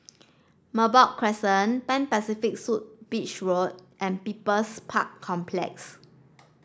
Merbok Crescent Pan Pacific Suite Beach Road and People's Park Complex